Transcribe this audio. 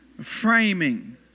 Framing